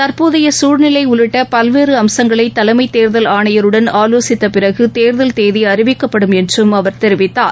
தற்போதைய சூழ்நிலை உள்ளிட்ட பல்வேறு அம்சங்களை தலைமை தேர்தல் ஆணையருடன் ஆலோசித்த பிறகு தேர்தல் தேதி அறிவிக்கப்படும் என்றும் அவர் தெரிவித்தார்